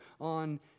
on